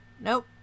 nope